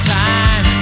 time